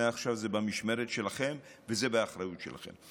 מעכשיו זה במשמרת שלכם וזה באחריות שלהם.